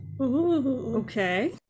Okay